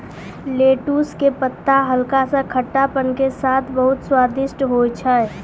lettuce के पत्ता हल्का सा खट्टापन के साथॅ बहुत स्वादिष्ट होय छै